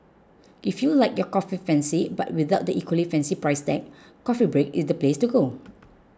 if you like your coffee fancy but without the equally fancy price tag Coffee Break is the place to go